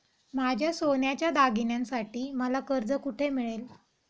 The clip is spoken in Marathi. माझ्या सोन्याच्या दागिन्यांसाठी मला कर्ज कुठे मिळेल?